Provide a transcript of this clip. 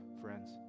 friends